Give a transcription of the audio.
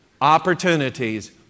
opportunities